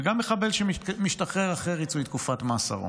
וגם מחבל שמשתחרר אחרי ריצוי תקופת מאסרו,